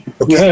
Okay